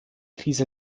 krise